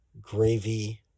gravy